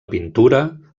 pintura